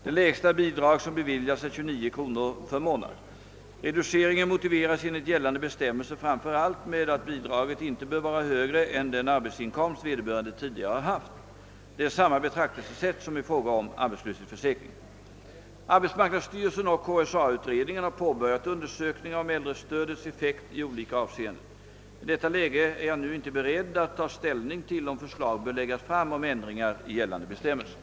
Det lägsta bidrag som beviljats är 29 kronor för månad. Reduceringen motiveras enligt gällande bestämmelser framför allt med att bidraget inte bör vara högre än den arbetsinkomst vederbörande tidigare har haft. Det är samma betraktelsesätt som i fråga om arbetslöshetsförsäkringen. Arbetsmarknadsstyrelsen och KSA utredningen har påbörjat undersökningar om äldrestödets effekt i olika avseenden. I detta läge är jag inte nu beredd att ta ställning till om förslag bör läggas fram om ändringar i gällande bestämmelser.